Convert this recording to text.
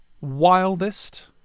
wildest